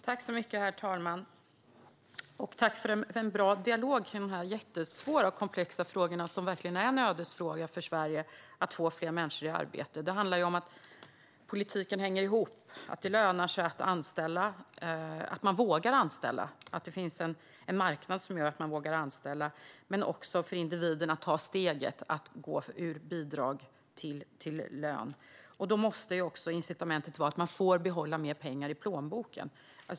Herr talman! Tack för en bra dialog kring dessa jättesvåra och komplexa frågor! Det är verkligen en ödesfråga för Sverige att få fler människor i arbete. Det handlar om att politiken måste hänga ihop, att det finns en marknad som gör att man vågar anställa men också för individen att ta steget från bidrag till lön. Då måste incitamentet vara att man får behålla mer pengar i plånboken.